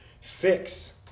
fix